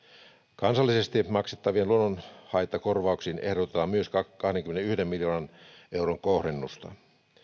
kansallisesti maksettaviin luonnonhaittakorvauksiin ehdotetaan myös kahdenkymmenenyhden miljoonan euron kohdennusta